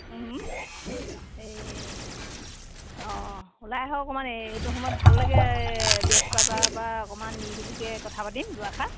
এই অ ওলাই আহক অকণমান এইটো সময়ত ভাল লাগে ব্যস্ততাৰ পৰা অকণমান নিৰিবিলিকৈ কথা পাতিম দুআষাৰ